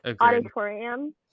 auditorium